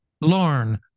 Learn